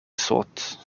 sought